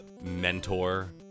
mentor